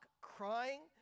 crying